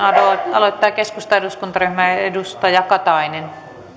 aloittaa keskustan eduskuntaryhmä edustaja katainen